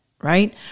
right